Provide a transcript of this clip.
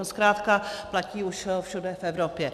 To zkrátka platí už všude v Evropě.